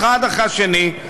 אחד אחרי השני,